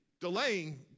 delaying